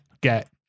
get